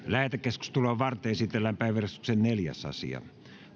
lähetekeskustelua varten esitellään päiväjärjestyksen neljäs asia